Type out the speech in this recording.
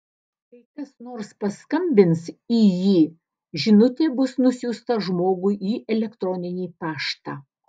kai kas nors paskambins į jį žinutė bus nusiųsta žmogui į elektroninį paštą